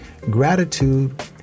Gratitude